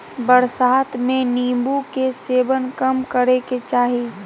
बरसात में नीम्बू के सेवन कम करे के चाही